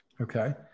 Okay